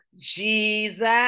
Jesus